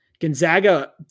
Gonzaga